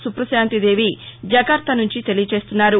Suprashanti Devi Jakarta సుంచి తెలియజేస్తున్నారు